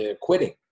quitting